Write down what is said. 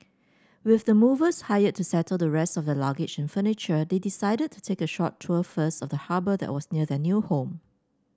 with the movers hired to settle the rest of their luggage and furniture they decided to take a short tour first of the harbour that was near their new home